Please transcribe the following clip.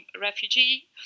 refugee